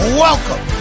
welcome